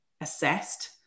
assessed